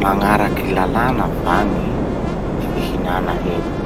Magnaraky lalàna va gny fihinana hena?